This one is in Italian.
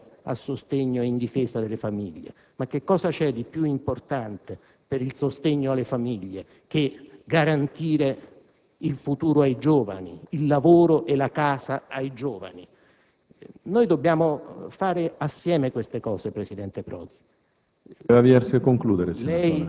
Tante volte ascolto stucchevoli tiritere sulla politica a sostegno e in difesa delle famiglie. Ma cosa c'è di più importante per il sostegno alle famiglie che garantire il futuro ai giovani, il lavoro e la casa ai giovani?